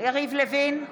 יריב לוין,